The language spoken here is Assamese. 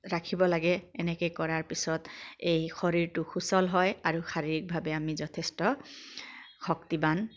ৰাখিব লাগে এনেকৈ কৰাৰ পিছত এই শৰীৰটো সুচল হয় আৰু শাৰীৰিকভাৱে আমি যথেষ্ট শক্তিবান